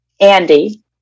Andy